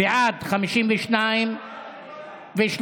בעד, 53,